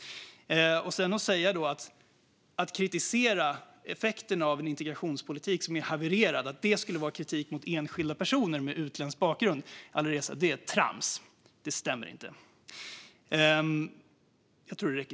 Att säga att kritik mot effekten av en integrationspolitik som är havererad skulle vara kritik mot enskilda personer med utländsk bakgrund är trams, Alireza. Det stämmer inte.